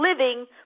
living